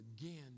again